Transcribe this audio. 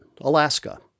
Alaska